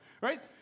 right